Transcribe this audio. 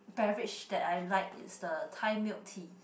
beverage that I like is the Thai milk tea